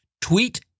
Tweet